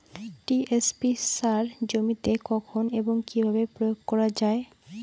TSP সার জমিতে কখন এবং কিভাবে প্রয়োগ করা য়ায়?